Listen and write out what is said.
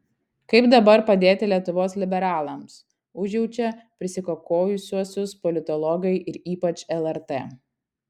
kaip dabar padėti lietuvos liberalams užjaučia prisikakojusiuosius politologai ir ypač lrt